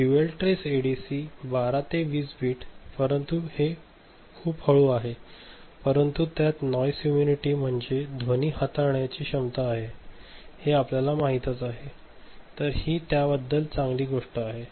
dual trace मध्ये 12 20 bit परंतु हे खूप हळू आहे परंतु त्यात नॉईस इम्म्युनिटी म्हणजे ध्वनी हाताळण्याची क्षमता आहे हे आपल्यास माहितच आहे तरहि त्याबद्दल ही चांगली गोष्ट आहे